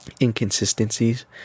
inconsistencies